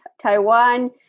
Taiwan